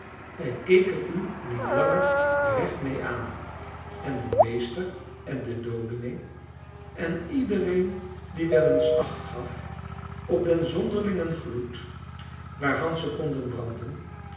hij keek er u niet langer recht mee aan en de meester en de dominee en iedereen die wel eens acht gaf op den zonderlingen gloed waarvan ze konden branden